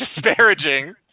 disparaging